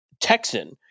Texan